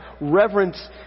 reverence